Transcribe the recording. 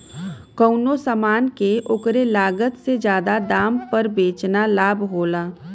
कउनो समान के ओकरे लागत से जादा दाम पर बेचना लाभ होला